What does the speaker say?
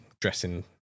dressing